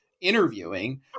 interviewing